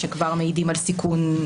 שכבר מעידים על סיכון.